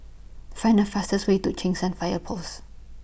Find The fastest Way to Cheng San Fire Post